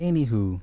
Anywho